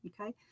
Okay